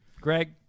Greg